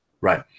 Right